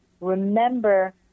remember